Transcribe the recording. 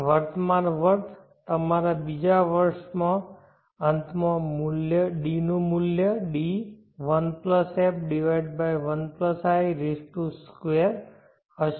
વર્તમાન વર્થ બીજા વર્ષના અંતમાં D મૂલ્ય D1f1i2 હશે